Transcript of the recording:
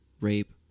rape